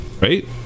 Right